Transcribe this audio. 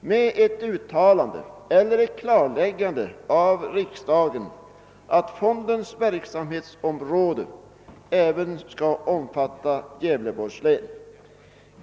med ett klarläggande från riksdagen att fondens verksamhetsområde även skall omfatta Gävleborgs län.